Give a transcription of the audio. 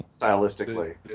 Stylistically